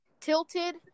Tilted